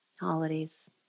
holidays